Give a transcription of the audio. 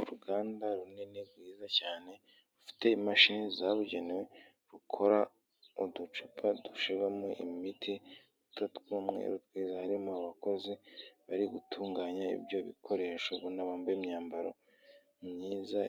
Uruganda runini rwiza cyane rufite imashini zabugenewe, rukora uducupa dushyiramo imiti tw'umweru twiza, harimo abakozi bari gutunganya ibyo bikoresho ubona bambaye imyambaro myiza